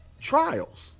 trials